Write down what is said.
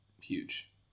huge